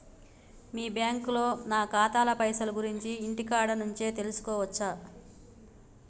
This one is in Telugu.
మీ బ్యాంకులో నా ఖాతాల పైసల గురించి ఇంటికాడ నుంచే తెలుసుకోవచ్చా?